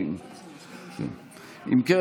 30. אם כן,